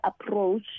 approach